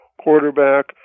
quarterback